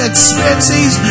experiences